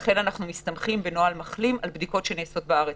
לכן ב"נוהל מחלים" אנחנו מסתמכים על בדיקות שנעשו בארץ,